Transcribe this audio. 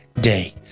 day